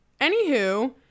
anywho